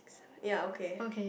ya okay